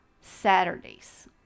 Saturdays